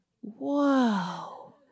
whoa